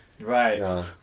Right